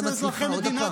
לכם.